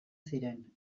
ziren